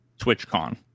TwitchCon